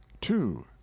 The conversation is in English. two